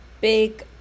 big